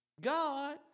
God